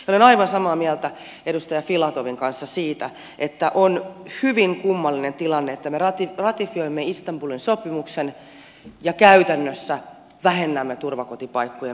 olen aivan samaa mieltä edustaja filatovin kanssa siitä että on hyvin kummallinen tilanne että me ratifioimme istanbulin sopimuksen ja käytännössä vähennämme turvakotipaikkojen määrää